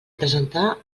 presentar